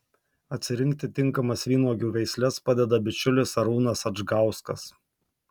atsirinkti tinkamas vynuogių veisles padeda bičiulis arūnas adžgauskas